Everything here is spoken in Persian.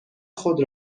خود